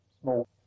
small